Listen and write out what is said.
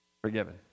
forgiven